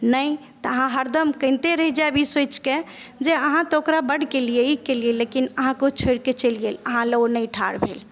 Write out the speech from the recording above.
नहि तऽ अहाँ हरदम कनितै रहि जायब ई सोचिक जे अहाँ तऽ ओकरा बड केलियै लेकिन अहाँकेॅं ओ छोड़िकऽ चलि गेल अहाँ लेल ओ नहि ठाढ़ भेल